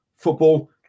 Football